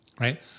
right